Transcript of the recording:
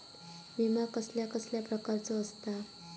विमा कसल्या कसल्या प्रकारचो असता?